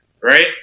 right